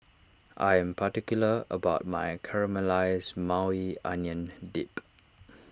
I am particular about my Caramelized Maui Onion Dip